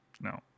No